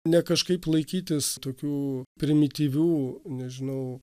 ne kažkaip laikytis tokių primityvių nežinau